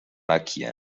markieren